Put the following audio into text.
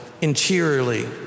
interiorly